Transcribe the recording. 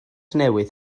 newydd